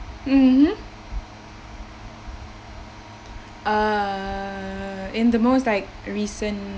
mmhmm uh in the most like recent